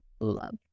love